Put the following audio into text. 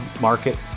market